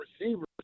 receivers